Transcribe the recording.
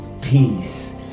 Peace